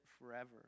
Forever